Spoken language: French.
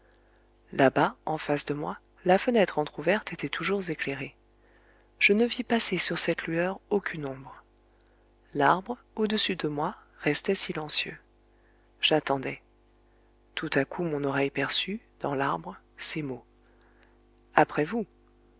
là-bas en face de moi la fenêtre entr'ouverte était toujours éclairée je ne vis passer sur cette lueur aucune ombre l'arbre au-dessus de moi restait silencieux j'attendais tout à coup mon oreille perçut dans l'arbre ces mots après vous